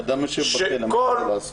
אדם יושב בכלא, מה אכפת לו לנסות?